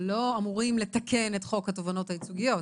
לא אמורים לתקן את חוק התובענות הייצוגיות.